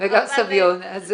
וגם סביון.